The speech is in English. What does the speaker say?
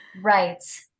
Right